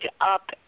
up